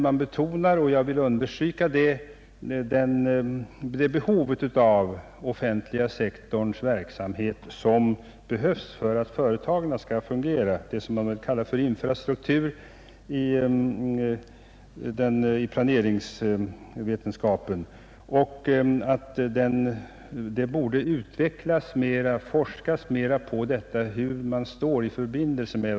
Man betonar och jag vill understryka detta att den offentliga sektorns verksamhet behövs för att företagen skall fungera — infrastrukturen i planeringsordboken — och att det borde forskas mera angående sambandet mellan dessa båda sektorer.